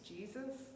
Jesus